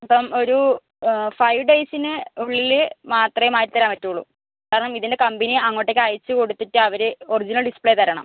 ഇപ്പോൾ ഒരൂ ഫൈവ് ഡേയ്സിന് ഉള്ളില് മാത്രമേ മാറ്റി തരാൻ പറ്റുള്ളു കാരണം ഇതിൻ്റെ കമ്പനി അങ്ങോട്ടേക്ക് അയച്ച് കൊടുത്തിട്ട് അവര് ഒറിജിനൽ ഡിസ്പ്ലേ തരണം